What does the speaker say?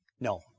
No